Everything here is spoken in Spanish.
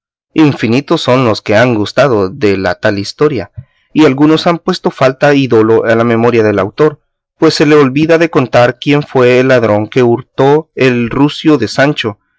infinitos son los que han gustado de la tal historia y algunos han puesto falta y dolo en la memoria del autor pues se le olvida de contar quién fue el ladrón que hurtó el rucio a sancho